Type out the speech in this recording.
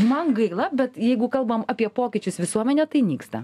man gaila bet jeigu kalbam apie pokyčius visuomenėje tai nyksta